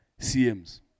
CMs